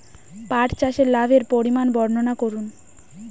পাঠ চাষের লাভের পরিমান বর্ননা করুন?